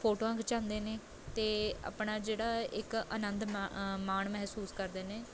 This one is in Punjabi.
ਫੋਟੋਆਂ ਖਿਚਾਉਂਦੇ ਨੇ ਅਤੇ ਆਪਣਾ ਜਿਹੜਾ ਇੱਕ ਆਨੰਦ ਮਾ ਮਾਣ ਮਹਿਸੂਸ ਕਰਦੇ ਨੇ